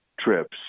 trips